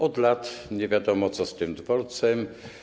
Od lat nie wiadomo, co z tym dworcem.